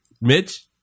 Mitch